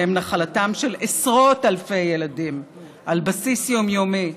והם נחלתם של עשרות אלפי ילדים על בסיס יומיומי.